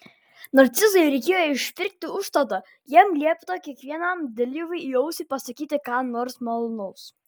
narcizui reikėjo išpirkti užstatą jam liepta kiekvienam dalyviui į ausį pasakyti ką nors malonaus